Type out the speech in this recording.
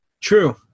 True